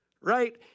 right